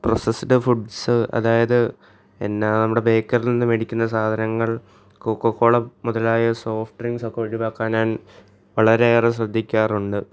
processed foods അതായത് എന്നാ നമ്മുടെ ബേക്കറിൽ നിന്ന് മേടിക്കുന്ന സാധനങ്ങൾ കൊക്കക്കോള മുതലായ സോഫ്റ്റ് ഡ്രിങ്ക്സൊക്കെ ഒഴിവാക്കാൻ ഞാൻ വളരെയേറെ ശ്രദ്ധിക്കാറുണ്ട്